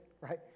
right